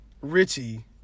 Richie